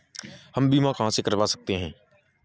हम बीमा कहां से करवा सकते हैं?